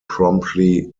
promptly